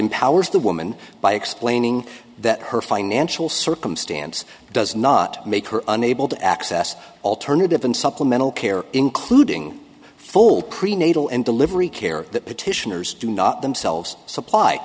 empowers the woman by explaining that her financial circumstance does not make her unable to access alternative and supplemental care including full prenatal and delivery care that petitioners do not themselves supply